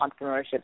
entrepreneurship